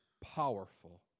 powerful